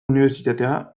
unibertsitatea